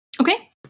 okay